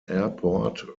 airport